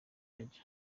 ajya